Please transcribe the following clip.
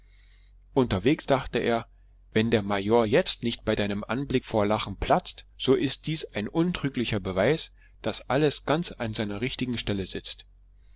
unterwegs dachte er wenn der major jetzt nicht bei deinem anblick vor lachen platzt so ist es ein untrüglicher beweis daß alles ganz an seiner richtigen stelle sitzt